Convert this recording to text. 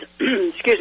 excuse